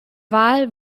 wahl